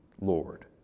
Lord